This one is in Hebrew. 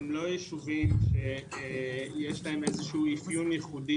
אלה לא ישובים שיש להם איזה אפיון ייחודי,